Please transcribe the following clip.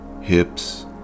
hips